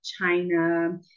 China